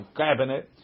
cabinet